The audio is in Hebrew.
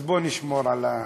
אז בוא נשמור על הספורט.